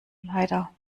leider